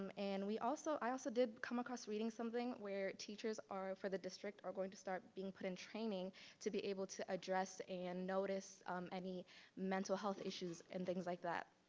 um and we also i also did come across reading something where teachers are for the district are going to start being put in training to be able to address and notice any mental health issues and things like that.